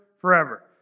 forever